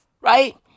Right